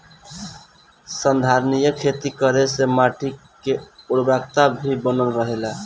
संधारनीय खेती करे से माटी के उर्वरकता भी बनल रहेला